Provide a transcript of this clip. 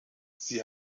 sie